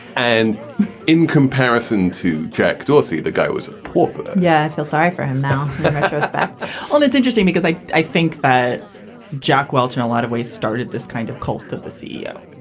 and in comparison to jack dorsey, the guy was a pauper yeah, i feel sorry for him now that respect well, it's interesting because i i think that jack welch and a lot of ways started this kind of cult of the ceo.